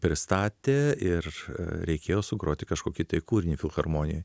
pristatė ir reikėjo sugroti kažkokį tai kūrinį filharmonijoj